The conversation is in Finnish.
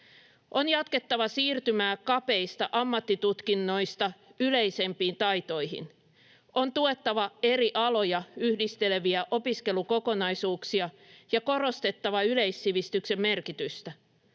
On jatkettava siirtymää kapeista ammattitutkinnoista yleisempiin taitoihin. On tuettava eri aloja yhdisteleviä opiskelukokonaisuuksia ja korostettava yleissivistyksen merkitystä.